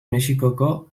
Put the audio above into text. mexikoko